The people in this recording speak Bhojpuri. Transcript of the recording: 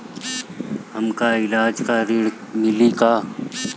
हमका ईलाज ला ऋण मिली का?